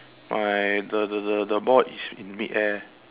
my the the the the boy is in mid air